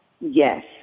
Yes